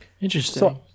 Interesting